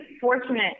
fortunate